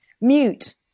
mute